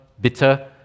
bitter